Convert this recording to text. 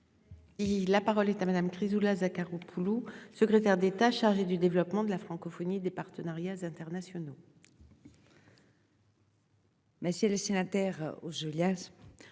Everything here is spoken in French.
la parole est à madame Chrysoula Zacharopoulou Secrétaire d'État chargée du développement de la francophonie et des partenariats internationaux. Monsieur le sénateur. Oh Julia.